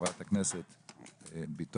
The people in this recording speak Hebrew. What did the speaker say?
חברת הכנסת ביטון,